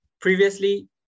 Previously